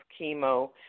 chemo